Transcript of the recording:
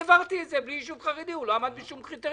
העברתי את זה בלי יישוב חרדי כי אף יישוב לא עבר בשום קריטריון.